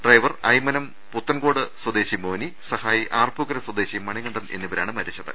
driver Aymanam Puthenkode സ്വദേശി മോനി സഹായി Arpookara സ്വദേശി മണികണ്ഠൻ എന്നിവരാണ് മരിച്ചത്